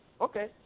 okay